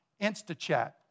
Instachat